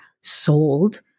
sold